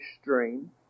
stream